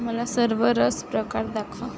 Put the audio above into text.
मला सर्व रस प्रकार दाखवा